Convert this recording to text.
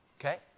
okay